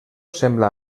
sembla